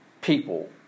people